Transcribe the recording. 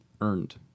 earned